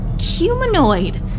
humanoid